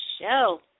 show